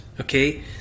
Okay